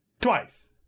Twice